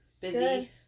Busy